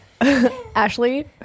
Ashley